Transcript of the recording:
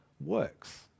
works